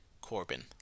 Corbin